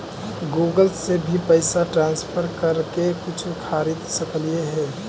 Google से भी पैसा ट्रांसफर कर के कुछ खरिद सकलिऐ हे?